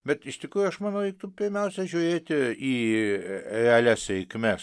bet iš tikrųjų aš manau reiktų pirmiausia žiūrėti į realias reikmes